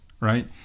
right